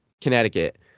Connecticut